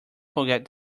forget